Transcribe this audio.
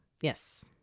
Yes